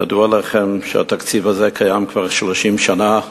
ידוע לכם שהתקציב הזה קיים כבר 30 שנה,